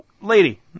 Lady